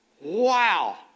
wow